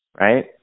right